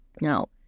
Now